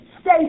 stay